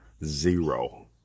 Zero